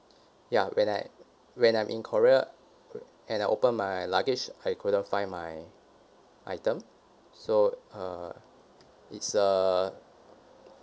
ya when I when I'm in korea and I opened my luggage I couldn't find my item so uh it's a